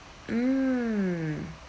mm